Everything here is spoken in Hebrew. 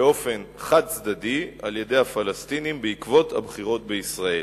באופן חד-צדדי על-ידי הפלסטינים בעקבות הבחירות בישראל.